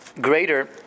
greater